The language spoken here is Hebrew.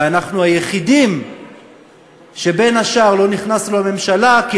ואנחנו היחידים שלא נכנסנו לממשלה בין השאר